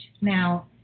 Now